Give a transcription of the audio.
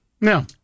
No